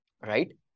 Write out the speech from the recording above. Right